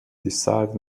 decided